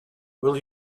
will